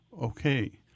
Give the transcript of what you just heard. Okay